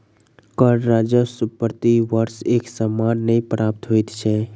कर राजस्व प्रति वर्ष एक समान नै प्राप्त होइत छै